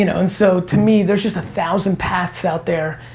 you know and so to me, there's just a thousand paths out there.